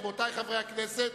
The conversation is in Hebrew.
רבותי חברי הכנסת,